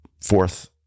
fourth